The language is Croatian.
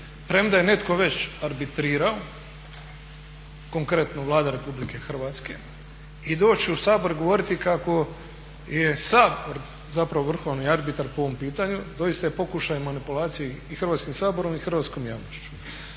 premda je netko već arbitrirao, konkretno Vlada Republike Hrvatske i doći u Sabor i govoriti kako je Sabor zapravo vrhovni arbitar po ovom pitanju doista je pokušaj manipulacije i Hrvatskim saborom i hrvatskom javnošću.